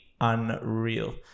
unreal